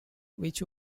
which